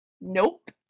Nope